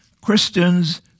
Christians